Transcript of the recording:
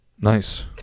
Nice